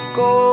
go